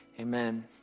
amen